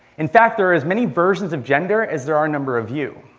in fact, there are as many versions of gender as there are number of you.